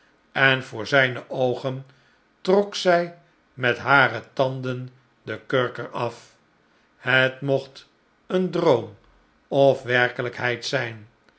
en voor zijne oogen trok zij met hare tanden de kurk er af het mocht een droom of werkelijkheid zijn